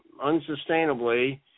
unsustainably